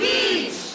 Beach